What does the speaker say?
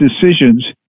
decisions